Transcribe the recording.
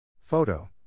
Photo